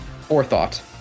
forethought